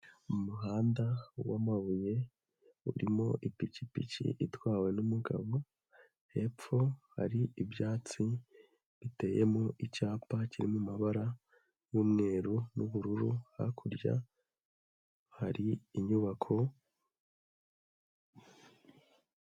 Mu umuhanda wamabuye, urimo ipikipiki itwawe n'umugabo, hepfo hari ibyatsi biteyemo icyapa kirimo amabara y'umweru n'ubururu, hakurya hari inyubako